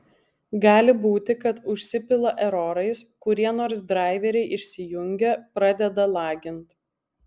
gali būti kad užsipila erorais kurie nors draiveriai išsijungia pradeda lagint